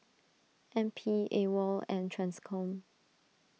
N P Awol and Transcom